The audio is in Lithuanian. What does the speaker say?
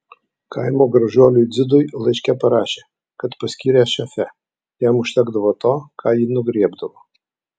kaimo gražuoliui dzidui laiške parašė kad paskyrė šefe jam užtekdavo to ką ji nugriebdavo